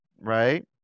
right